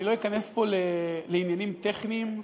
אני לא אכנס פה לעניינים טכניים,